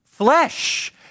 Flesh